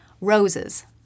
roses